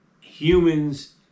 humans